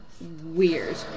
weird